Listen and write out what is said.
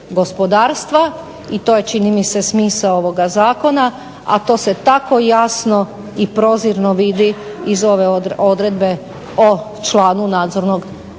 gospodarstva i to je čini mi se smisao ovog zakona. A to se tako jasno i prozirno vidi iz ove odredbe o članovima nadzornog